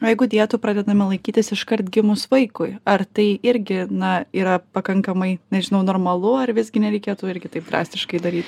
o jeigu dietų pradedame laikytis iškart gimus vaikui ar tai irgi na yra pakankamai nežinau normalu ar visgi nereikėtų irgi taip drastiškai daryti